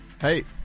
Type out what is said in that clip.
Hey